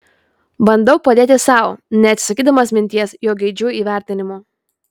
bandau padėti sau neatsisakydamas minties jog geidžiu įvertinimo